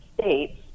states